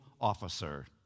officer